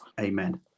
amen